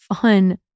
fun